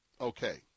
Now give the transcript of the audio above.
okay